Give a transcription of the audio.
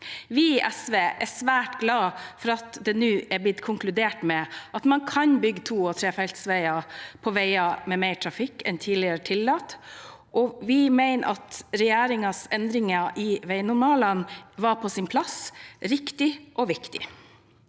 Vi i SV er svært glade for at det nå er blitt konkludert med at man kan bygge to- og trefeltsveier på veier med mer trafikk enn tidligere tillatt, og vi mener at regjeringens endringer i veinormalene var på sin plass. Det var riktig og viktig.